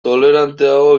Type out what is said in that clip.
toleranteago